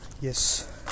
Yes